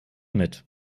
mit